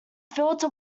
filter